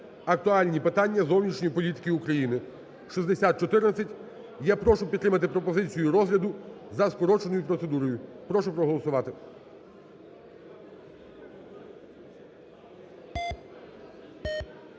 "Актуальні питання зовнішньої політики України" (6014). Я прошу підтримати пропозицію розгляду за скороченою процедурою. Прошу проголосувати.